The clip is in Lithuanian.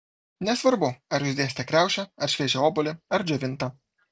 nesvarbu ar jūs dėsite kriaušę ar šviežią obuolį ar džiovintą